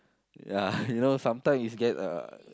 ya you know sometime you scared uh